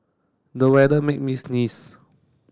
the weather made me sneeze